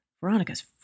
Veronica's